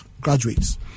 graduates